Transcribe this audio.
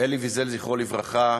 אלי ויזל, זכרו לברכה,